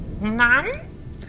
none